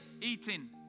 eating